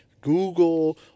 Google